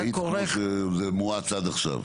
להאיץ כמו שזה מואץ עד עכשיו.